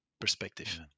perspective